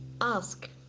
ask